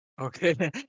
Okay